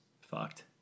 fucked